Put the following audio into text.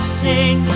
sing